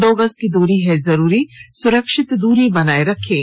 दो गज की दूरी है जरूरी सुरक्षित दूरी बनाए रखें